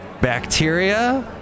Bacteria